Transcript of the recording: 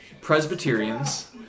Presbyterians